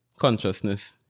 consciousness